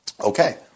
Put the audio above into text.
Okay